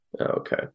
Okay